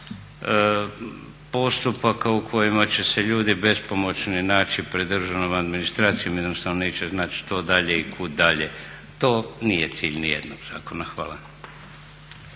postupaka u kojima će se ljudi bespomoćni naći pred državnom administracijom i jednostavno neće znati što dalje i kud dalje. To nije cilj ni jednog zakona. Hvala.